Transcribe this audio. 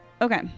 Okay